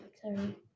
sorry